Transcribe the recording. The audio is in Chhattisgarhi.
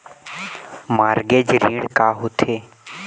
मॉर्गेज ऋण का होथे?